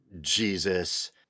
Jesus